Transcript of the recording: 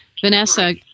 Vanessa